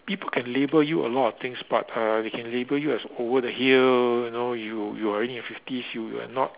people can label you a lot of things but uh they can label you as over the hill you know you you're only in your fifties you are not